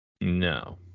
No